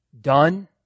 done